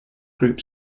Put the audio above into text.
group